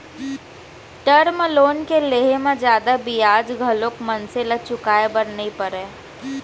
term loan के लेहे म जादा बियाज घलोक मनसे ल चुकाय बर नइ परय